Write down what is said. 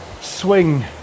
swing